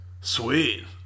Sweet